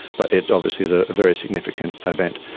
but it obviously is a very significant event.